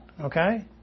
okay